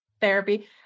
therapy